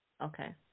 Okay